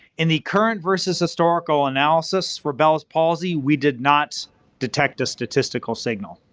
in the current versus historical analysis for bell's palsy, we did not detect a statistical signal.